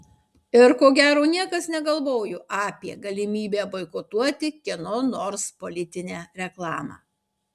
ir ko gero niekas negalvojo apie galimybę boikotuoti kieno nors politinę reklamą